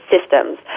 systems